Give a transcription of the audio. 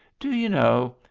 do you know,